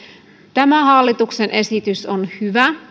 tämä hallituksen esitys on hyvä